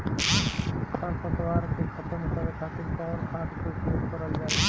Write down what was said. खर पतवार के खतम करे खातिर कवन खाद के उपयोग करल जाई?